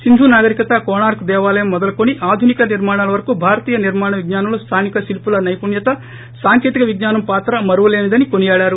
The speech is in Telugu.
సింధు నాగరికత కోణార్క్ దేవాలయం మొదలుకుని ఆధునిక నిర్మాణాల వరకు భారతీయ నిర్మాణ వీజ్ఞానంలో స్లానిక శిల్సుల నైపుణ్యత సాంకేతిక విజ్ఞానం పాత్ర మరువలేనిదని కొనియాడారు